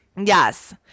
Yes